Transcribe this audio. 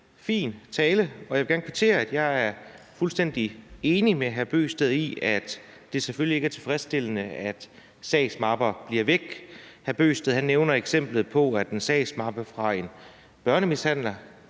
fin tale, og jeg vil gerne kvittere ved at sige, at jeg er fuldstændig enig med hr. Kristian Bøgsted i, at det selvfølgelig ikke er tilfredsstillende, at sagsmapper bliver væk. Hr. Kristian Bøgsted nævner eksemplet med, at en børnemishandlers